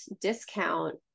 discount